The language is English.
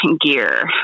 gear